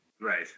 Right